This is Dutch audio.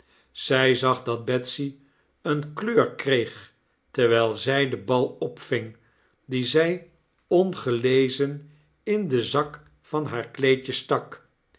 zy zag dat betsy eenekteur kreeg terwyl zy den bal opving dien zy ongelezen in den zak van haar kleedje stak